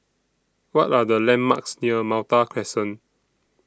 What Are The landmarks near Malta Crescent